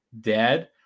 dead